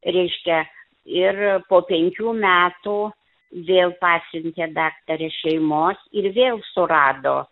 reiškia ir po penkių metų vėl pasiuntė daktarė šeimos ir vėl surado